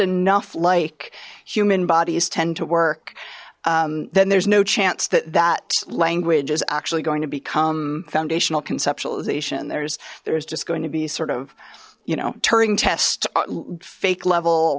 enough like human bodies tend to work then there's no chance that that language is actually going to become foundational conceptualization there's there's just going to be sort of you know turing test fake level